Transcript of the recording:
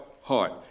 heart